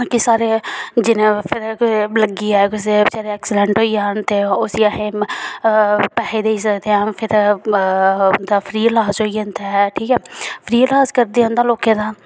की स्हाड़े जिनें फिर लग्गी जा कुसै दे बचैरे दे एक्सीडेंट होई जान ते उसी अहें पैहे देई सकदे आं फेर फ्री इलाज होई जंदा ऐ ठीक ऐ फ्री इलाज करदे उंदा लोकें दा